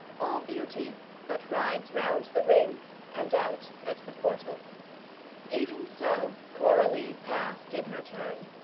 all beauty but rides round the ring and out at the portal even so coralie passed in her turn,